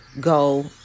go